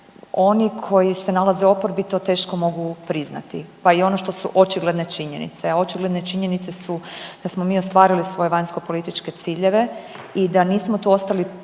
oni koji se nalaze u oporbi to teško mogu priznati, pa i ono što su očigledne činjenice, a očigledne činjenice su da smo mi ostvarili svoje vanjskopolitičke ciljeve i da nismo tu ostali po strani